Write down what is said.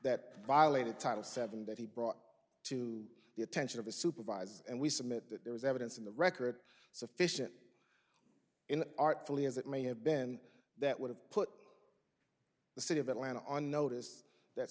that violated title seven that he brought to the attention of the supervisor and we submit that there was evidence in the record sufficient in artfully as it may have ben that would have put the city of atlanta on notice that